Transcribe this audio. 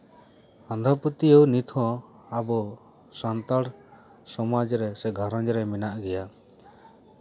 ᱟᱸᱫᱷᱟᱯᱟᱹᱛᱭᱟᱹᱣ ᱱᱤᱛ ᱦᱚᱸ ᱟᱵᱚ ᱥᱟᱱᱛᱟᱲ ᱥᱚᱢᱟᱡᱽ ᱨᱮ ᱥᱮ ᱜᱷᱟᱨᱚᱸᱡᱽ ᱨᱮ ᱢᱮᱱᱟᱜ ᱜᱮᱭᱟ